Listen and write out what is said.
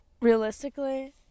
Realistically